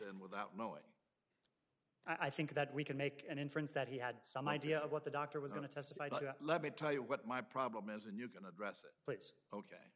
and without knowing i think that we can make an inference that he had some idea of what the doctor was going to testify to let me tell you what my problem is and you can address